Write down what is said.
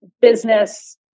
business